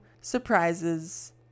surprises